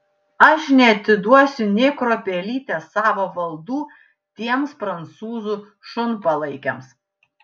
aš neatiduosiu nė kruopelytės savo valdų tiems prancūzų šunpalaikiams